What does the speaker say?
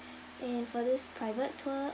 and this private tour